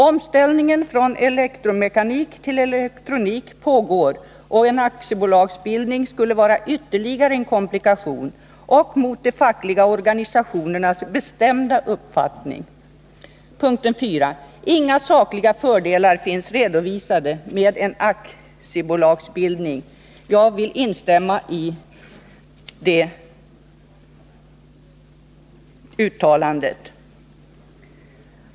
Omställningen från elektromekanik till elektronik pågår och en aktiebolagsbildning skulle vara ytterligare en komplikation — och mot de fackliga organisationernas bestämda uppfattning. 4. Inga sakliga fördelar med en aktiebolagsbildning finns redovisade. Jag vill instämma i detta uttalande.